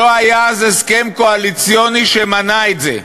לא היה אז הסכם קואליציוני שמנע את זה.